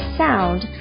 sound